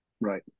right